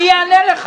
אני מבקש להפסיק.